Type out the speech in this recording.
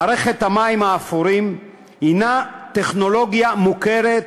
מערכת המים האפורים היא טכנולוגיה מוכרת